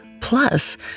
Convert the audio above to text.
Plus